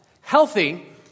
Healthy